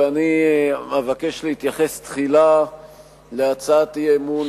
ואני אבקש להתייחס תחילה להצעת האי-אמון